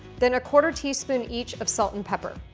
then a quarter-teaspoon each of salt and pepper.